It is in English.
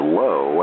low